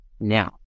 now